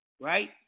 right